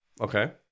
Okay